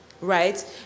right